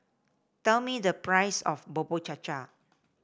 tell me the price of Bubur Cha Cha